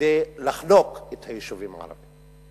כדי לחנוק את היישובים הערביים.